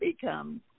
become